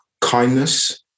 Kindness